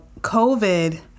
COVID